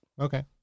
Okay